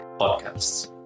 podcasts